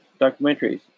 documentaries